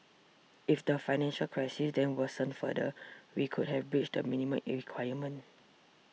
if the financial crisis then worsened further we could have breached the minimum requirement